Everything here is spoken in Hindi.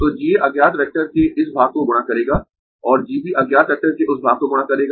तो G A अज्ञात वेक्टर के इस भाग को गुणा करेगा और G B अज्ञात वेक्टर के उस भाग को गुणा करेगा